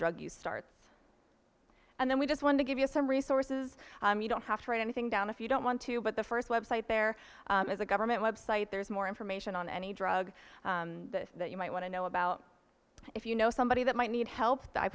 drug use arts and then we just want to give you some resources you don't have to write anything down if you don't want to but the first web site there is a government web site there's more information on any drug that you might want to know about if you know somebody that might need